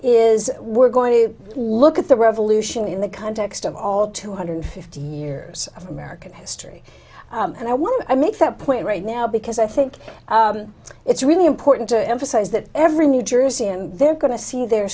is we're going to look at the revolution in the context of all two hundred fifty years of american history and i want to make that point right now because i think it's really important to emphasize that every new jersey and they're going to see their